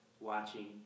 watching